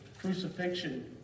crucifixion